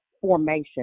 formation